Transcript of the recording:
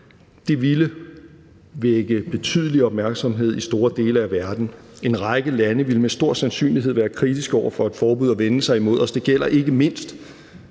Det ville vække betydelig opmærksomhed i store dele af verden. En række lande ville med stor sandsynlighed være kritiske over for et forbud og vende sig imod os. Det gælder ikke mindst